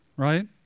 Right